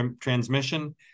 transmission